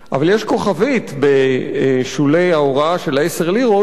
אבל יש כוכבית בשולי ההוראה של 10 הלירות,